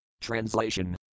Translation